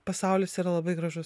pasaulis yra labai gražus